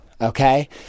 Okay